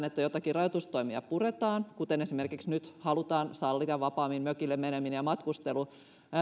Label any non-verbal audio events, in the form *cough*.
*unintelligible* että joitakin rajoitustoimia puretaan kuten esimerkiksi nyt halutaan sallia vapaammin mökille meneminen ja matkustelu